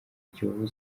kiyovu